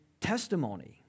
testimony